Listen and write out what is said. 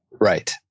Right